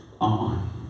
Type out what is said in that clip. on